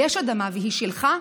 יש אדמה והיא שלך,